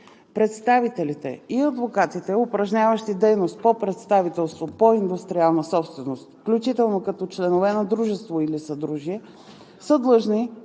Представителите и адвокатите, упражняващи дейност по представителство по индустриална собственост, включително като членове на дружество или съдружие, са длъжни